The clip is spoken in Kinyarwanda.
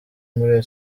muri